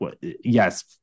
yes